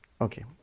Okay